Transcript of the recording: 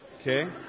Okay